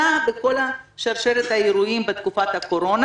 בכל שרשרת האירועים בתקופת הקורונה,